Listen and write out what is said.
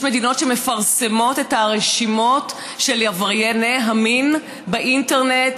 יש מדינות שמפרסמות את הרשימות של עברייני המין באינטרנט,